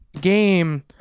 game